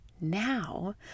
Now